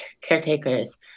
caretakers